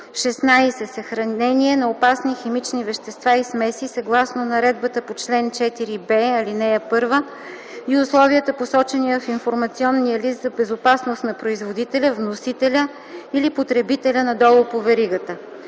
16. съхранение на опасни химични вещества и смеси съгласно наредбата по чл. 4б, ал. 1 и условията, посочени в информационния лист за безопасност на производителя, вносителя или потребителя надолу по веригата;